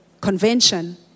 convention